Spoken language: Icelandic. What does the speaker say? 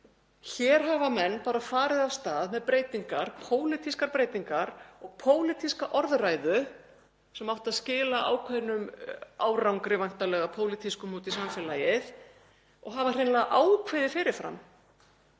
Hér hafa menn bara farið af stað með pólitískar breytingar og pólitíska orðræðu sem átti að skila ákveðnum árangri, væntanlega pólitískum, út í samfélagið og hafa hreinlega ákveðið fyrir fram